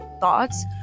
thoughts